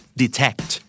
detect